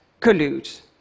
collude